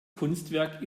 kunstwerk